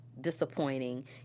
disappointing